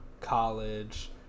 college